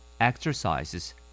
Exercises